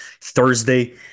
Thursday